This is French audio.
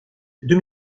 deux